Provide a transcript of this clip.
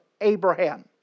Abraham